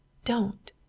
don't!